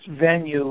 venue